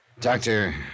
Doctor